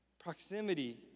Proximity